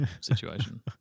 situation